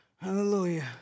Hallelujah